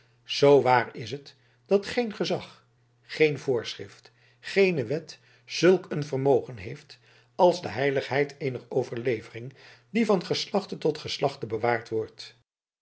zoo waar is het dat geen gezag geen voorschrift geene wet zulk een vermogen heeft als de heiligheid eener overlevering die van geslachte tot geslachte bewaard wordt